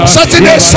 Saturday